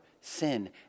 sin